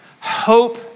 hope